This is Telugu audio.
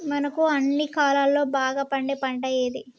మనకు అన్ని కాలాల్లో బాగా పండే పంట ఏది?